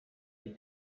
die